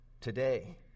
today